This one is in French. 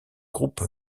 groupe